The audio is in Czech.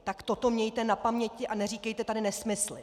Tak toto mějte na paměti a neříkejte tady nesmysly!